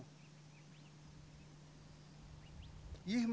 know you